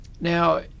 Now